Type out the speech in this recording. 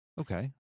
Okay